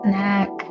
neck